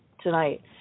tonight